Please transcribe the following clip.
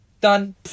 Done